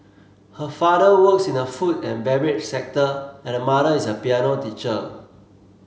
her father works in the food and beverage sector and her mother is a piano teacher